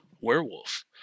werewolf